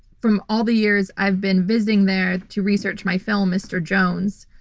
from all the years i've been visiting there to research my film, mr. jones.